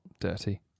dirty